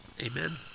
Amen